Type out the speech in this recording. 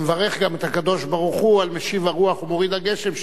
נברך גם את הקדוש-ברוך-הוא על משיב הרוח ומוריד הגשם,